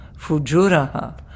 fujuraha